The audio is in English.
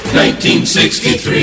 1963